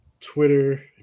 Twitter